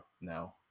now